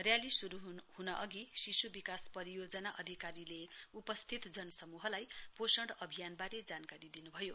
rally श्रू ह्न अधि शिश् बिकास परियोजना अधिकारीले उपस्थित जनसमूहलाई पोषण अभियानबारे जानकारी दिन्भयो